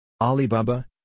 Alibaba